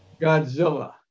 Godzilla